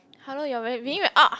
how long you've being with